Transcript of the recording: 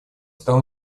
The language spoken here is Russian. стал